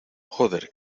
joder